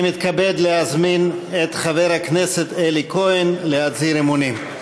אני מתכבד להזמין את חבר הכנסת אלי כהן להצהיר אמונים.